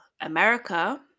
America